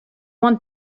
want